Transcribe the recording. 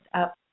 up